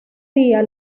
día